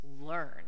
learn